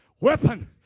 weapon